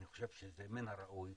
אני חושב שמין הראוי